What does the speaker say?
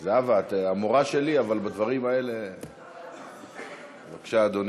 אלאלוף, בבקשה, אדוני.